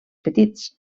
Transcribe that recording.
petits